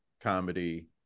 comedy